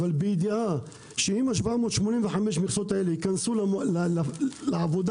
אבל בידיעה שעם ה-785 מכסות האלה ייכנסו לעבודה